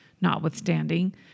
notwithstanding